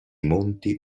monti